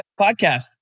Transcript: podcast